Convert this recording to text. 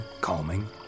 calming